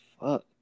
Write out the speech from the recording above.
Fuck